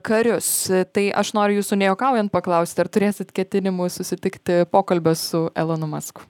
karius tai aš noriu jūsų nejuokaujant paklausti ar turėsit ketinimų susitikti pokalbio su elonu masku